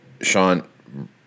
Sean